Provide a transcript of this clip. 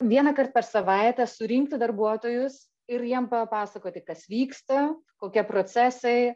vienąkart per savaitę surinkti darbuotojus ir jiem papasakoti kas vyksta kokie procesai